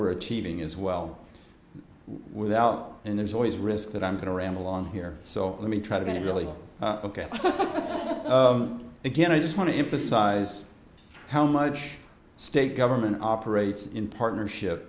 we're achieving as well without and there's always risk that i'm going to ramble on here so let me try to really again i just want to emphasize how much state government operates in partnership